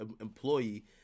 employee